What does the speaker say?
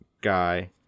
guy